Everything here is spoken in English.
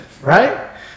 Right